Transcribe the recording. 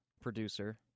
producer